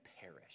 perish